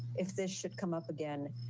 if this should come up again,